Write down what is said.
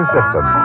System